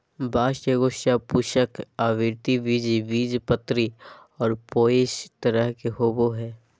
बाँस एगो सपुष्पक, आवृतबीजी, बीजपत्री और पोएसी तरह के होबो हइ